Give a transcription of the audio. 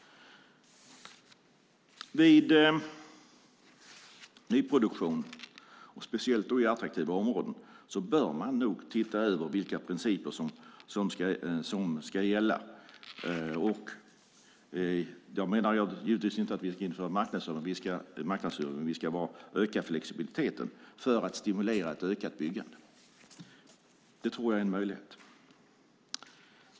Vid nyproduktion, speciellt i attraktiva områden, bör man nog titta över vilka principer som ska gälla. Jag menar givetvis inte att vi ska införa marknadshyror, men vi ska öka flexibiliteten för att stimulera till ett ökat byggande. Det tror jag är en möjlighet.